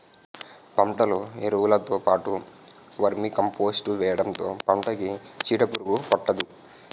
పంటలో ఎరువులుతో పాటు వర్మీకంపోస్ట్ వేయడంతో పంటకి చీడపురుగు పట్టదు